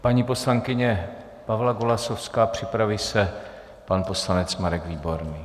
Paní poslankyně Pavla Golasowská, připraví se pan poslanec Marek Výborný.